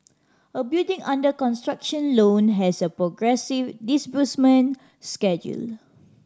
a building under construction loan has a progressive disbursement schedule